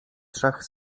trzech